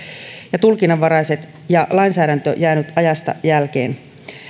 ja tulkinnanvaraiset ja lainsäädäntö on jäänyt ajasta jälkeen